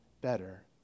better